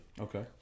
Okay